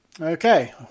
Okay